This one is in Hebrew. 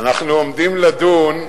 אנחנו עומדים לדון,